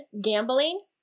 gambling